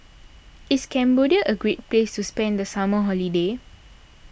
is Cambodia a great place to spend the summer holiday